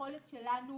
היכולת שלנו